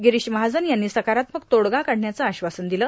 गिरीष महाजन यांनी सक्रात्मक तोडगा काढण्याचं आश्वासन दिलं